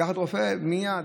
לקחת לרופא מייד.